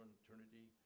eternity